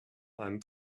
einem